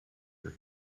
her